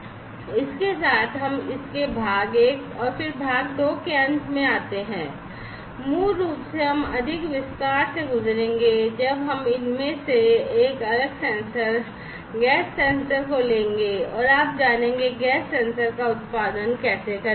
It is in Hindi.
इसके साथ हम इसके भाग 1 और फिर भाग 2 के अंत में आते हैं मूल रूप से हम अधिक विस्तार से गुजरेंगे जब हम इनमें से एक अलग सेंसर गैस सेंसर को लेंगे और आप जानेंगे गैस सेंसर का उत्पादन कैसे करें